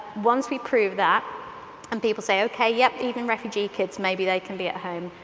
once we prove that and people say okay yes, even refugee kids, maybe they can be at home,